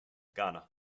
ghana